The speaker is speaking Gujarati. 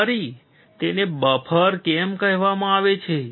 વળી તેને બફર કેમ કહેવામાં આવે છે